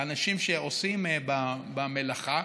לאנשים שעושים במלאכה.